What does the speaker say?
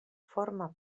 forma